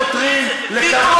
אנחנו חותרים לכלכלה הוגנת,